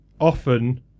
Often